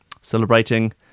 Celebrating